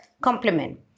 complement